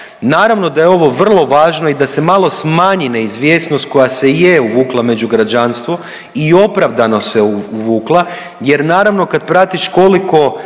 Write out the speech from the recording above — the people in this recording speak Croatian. Naravno da je ovo vrlo važno i da se malo smanji neizvjesnost koja se je uvukla među građanstvo i opravdano se uvukla jer naravno, kad pratiš koliko